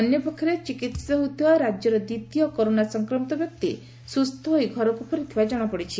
ଅନ୍ୟପକ୍ଷରେ ଚିକିହିତ ହେଉଥିବା ରାଜ୍ୟର ଦିବତୀୟ କରୋନା ସଂକ୍ରମିତ ବ୍ୟକ୍ତି ସୁସ୍ଚ ହୋଇ ଘରକୁ ଫେରିଥିବା ଜଣାପଡ଼ିଛି